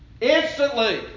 Instantly